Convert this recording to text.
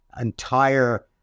entire